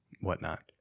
whatnot